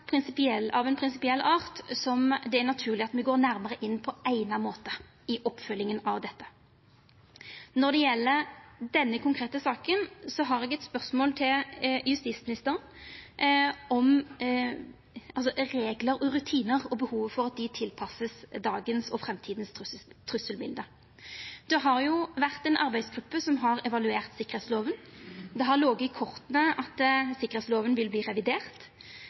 av ein prinsipiell art, der det er naturleg at me går nærare inn på eigna måte i oppfølginga av dette. Når det gjeld denne konkrete saka, har eg eit spørsmål til justisministeren om reglar og rutinar og behovet for at desse vert tilpassa dagens og framtidas trusselbilete. Det har vore ei arbeidsgruppe som har evaluert sikkerheitslova. Det har lege i korta at sikkerheitslova vil verta revidert.